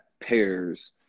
pairs